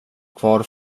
kvar